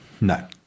No